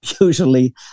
usually